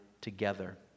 together